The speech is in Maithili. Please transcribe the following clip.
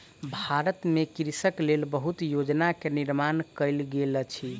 भारत में कृषकक लेल बहुत योजना के निर्माण कयल गेल अछि